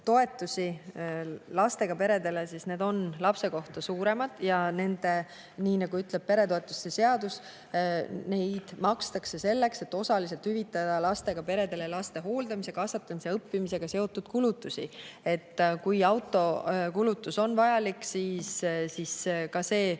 lastega peredele, siis need on lapse kohta suuremad. Nii, nagu ütleb peretoetuste seadus, makstakse neid selleks, et osaliselt hüvitada lastega peredele laste hooldamise, kasvatamise ja õppimisega seotud kulutusi. Kui autokulutus on vajalik, siis ka see